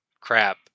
crap